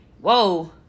whoa